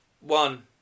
One